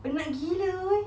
penat gila eh